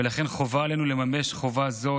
ולכן חובה עלינו לממש חובה זו,